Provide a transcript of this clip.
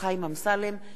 פניה קירשנבאום,